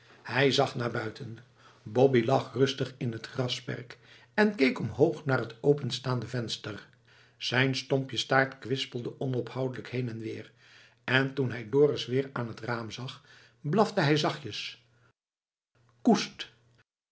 hij zag naar buiten boppie lag rustig in t grasperk en keek omhoog naar t openstaande venster zijn stompje staart kwispelde onophoudelijk heen en weer en toen hij dorus weer aan t raam zag blafte hij zachtjes koest